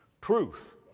Truth